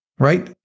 right